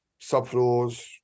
subfloors